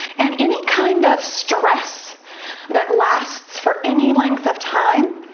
and any kind of stress that lasts for any length of time,